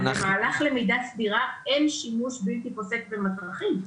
אבל במהלך למידה סדירה אין שימוש בלתי פוסק במסכים.